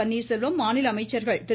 பன்னீர்செல்வம் மாநில அமைச்சர்கள் திரு